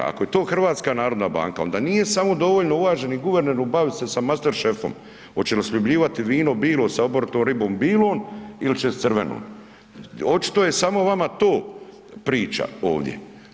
Ako je to HNB onda nije samo dovoljno uvaženi guverneru baviti se sa masterchef-om, oće li sljubljivati vino bilo sa obrnutom ribom bilom il će s crvenom, očito je samo vama to priča ovdje.